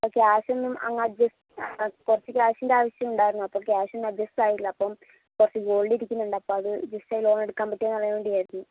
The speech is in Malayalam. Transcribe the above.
അപ്പോൾ ക്യാഷൊന്നും അങ്ങ് അഡ്ജസ്റ്റ് കുറച്ച് ക്യാഷിൻ്റെ ആവശ്യമുണ്ടായിരുന്നു അപ്പോൾ ക്യാഷൊന്നും അഡ്ജസ്റ്റായില്ല അപ്പം കുറച്ച് ഗോൾഡ് ഇരിക്കുന്നുണ്ട് അപ്പം അത് അഡ്ജസ്റ്റ് ചെയ്ത് ലോടാണെടുക്കാൻ പറ്റുവൊന്ന് അറിയാൻ വേണ്ടി ആയിരുന്നു